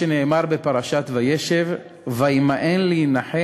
מרגישים שבאה לפה אומה זרה ולקחה את אדמות הנביא,